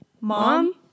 Mom